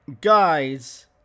guys